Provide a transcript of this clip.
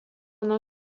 nuo